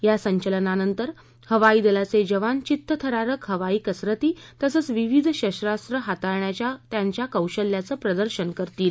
या संचलनानंतर हवाई दलाच िवान चित्तथरारक हवाई कसरती तसंच विविध शस्त्रास्त्र हाताळण्याच्या त्यांचं कौशल्याचं प्रदर्शन करतील